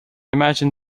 imagine